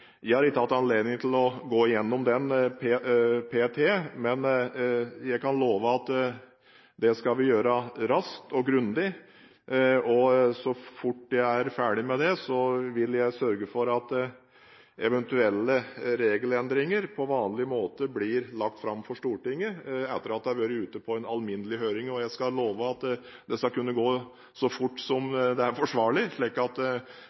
Jeg har ikke hatt anledning til å gå gjennom den p.t., men jeg kan love at det skal vi gjøre raskt og grundig. Så fort jeg er ferdig med det, vil jeg sørge for at eventuelle regelendringer blir lagt fram for Stortinget på vanlig måte, etter at det har vært ute på alminnelig høring. Jeg skal love at det skal gå så fort